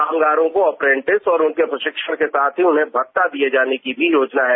कामगारों को अप्रेंटिस और उनके प्रशिक्षण के साथ ही उन्हें भत्ता दिए जाने की भी योजना है